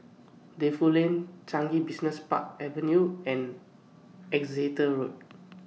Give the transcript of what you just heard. Defu Lane Changi Business Park Avenue and Exeter Road